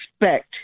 expect